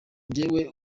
jyewe